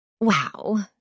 Wow